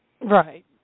Right